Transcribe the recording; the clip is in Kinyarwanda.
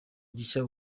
gishya